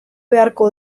beharko